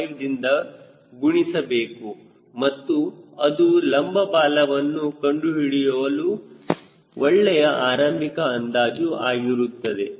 5 ದಿಂದ ಉಳಿಸಬೇಕು ಮತ್ತು ಅದು ಲಂಬ ಬಾಲವನ್ನು ಕಂಡುಹಿಡಿಯಲು ಒಳ್ಳೆಯ ಆರಂಭಿಕ ಅಂದಾಜು ಆಗಿರುತ್ತದೆ